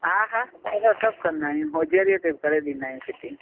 हा हा उहो सभु कंदा आहियूं होजरीय ते बि करे ॾींदा आहियूं फिटिंग